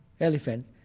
elephant